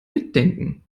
mitdenken